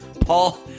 Paul